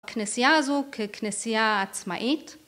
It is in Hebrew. כנסייה הזו, ככנסייה עצמאית,